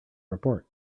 report